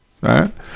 right